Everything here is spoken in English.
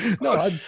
No